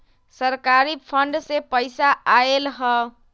सरकारी फंड से पईसा आयल ह?